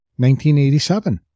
1987